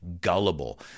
gullible